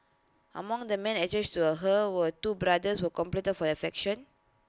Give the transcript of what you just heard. among the men attracted to her were two brothers who competed for her affection